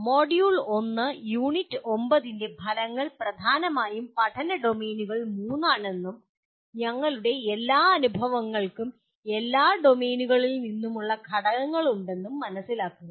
module 1 unit 9 ന്റെ ഫലങ്ങൾ പ്രധാനമായും പഠന ഡൊമെയ്നുകൾ മൂന്നാണെന്നും ഞങ്ങളുടെ എല്ലാ അനുഭവങ്ങൾക്കും എല്ലാ ഡൊമെയ്നുകളിൽ നിന്നുമുള്ള ഘടകങ്ങളുണ്ടെന്നും മനസ്സിലാക്കുക